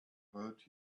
hurt